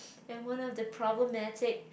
and one of the problematic